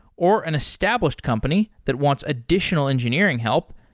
or an established company that wants additional engineering help,